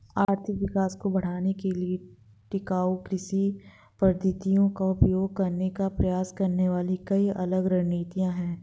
आर्थिक विकास को बढ़ाने के लिए टिकाऊ कृषि पद्धतियों का उपयोग करने का प्रयास करने वाली कई अलग रणनीतियां हैं